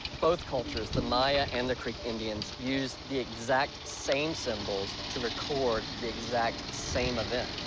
both cultures the maya and the creek indians used the exact same symbols to record the exact same event.